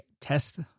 test